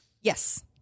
Yes